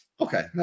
Okay